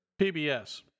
pbs